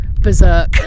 Berserk